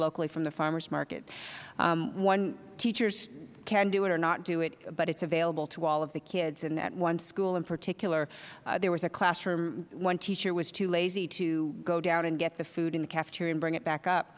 locally from the farmers market teachers can do it or not do it but it is available to all of the kids at one school in particular there was a classroom one teacher was too lazy to go down and get the food in the cafeteria and bring it back